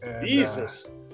Jesus